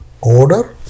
order